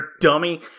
dummy